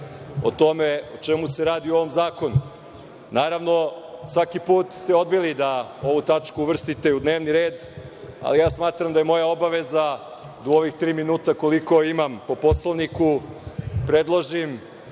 o tome o čemu se radi u ovom zakonu. Naravno, svaki put ste odbili da ovu tačku uvrstite u dnevni red, ali ja smatram da je moja obaveza da u ovih tri minuta, koliko imam po Poslovniku, predložim